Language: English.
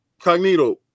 Cognito